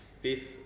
fifth